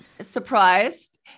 surprised